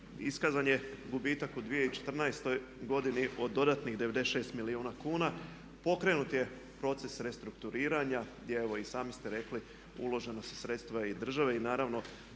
iskazan je gubitak u 2014. od dodatnih 96 milijuna kuna. Pokrenut je proces restrukturiranja gdje evo i sami ste rekli uložena su sredstva i države i naravno